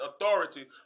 authority